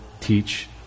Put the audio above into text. teach